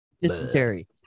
Dysentery